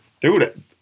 Dude